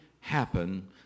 happen